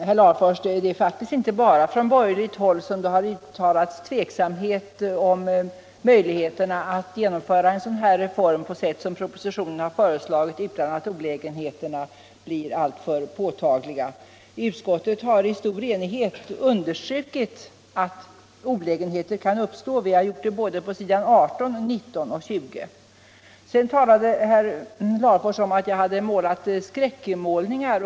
Herr talman! Det är faktiskt inte bara från borgerligt håll, herr Larfors, som det har uttalats tveksamhet inför möjligheterna att genomföra reformen på det sätt som propositionen har föreslagit utan att olägenheterna blir alltför påtagliga. Utskottet har i stor enighet understrukit att olägenheter kan uppstå. Det har vi gjort såväl på s. 18 och s. 19 som på s. 20. Herr Larfors talade om att jag hade ägnat mig åt skräckmålningar.